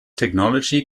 technology